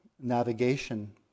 navigation